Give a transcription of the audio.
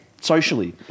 socially